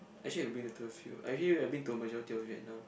actually I been to a few I actually been to majority of Vietnam